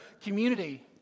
community